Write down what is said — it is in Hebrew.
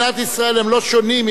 או על כל פנים כך צריך להיות.